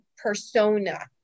persona